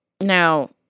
Now